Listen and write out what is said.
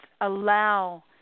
allow